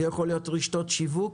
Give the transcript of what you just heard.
זה יכול להיות רשתות שיווק,